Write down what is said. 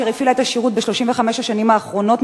אשר הפעילה את השירות ב-35 השנים האחרונות,